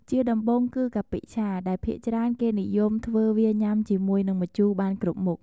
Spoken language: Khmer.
ជាដំបូងគឺ កាពិឆា ដែលភាគច្រើនគេនិយមធ្វើវាញ៉ាំជាមួយនិងម្ជូរបានគ្រប់មុខ។